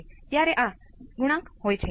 તેથી તે ખરેખર પ્રથમ ઓર્ડર સર્કિટ છે